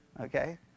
Okay